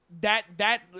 that—that